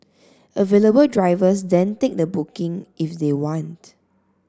available drivers then take the booking if they want